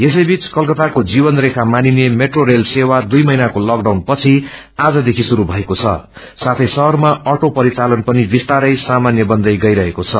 यसैबीच कलकत्ताको जीवन रेखा मानिने मेट्रो रेल सेवा दुइअ महिनको तकडाउनपछि आज देखि शुरू भएको छ साथै शहरमा अटो परिचालन पनि विस्तारै सामान्य बन्दै गईरहेको छ